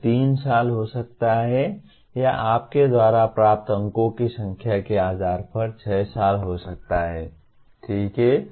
यह 3 साल हो सकता है या आपके द्वारा प्राप्त अंकों की संख्या के आधार पर 6 साल हो सकता है ठीक है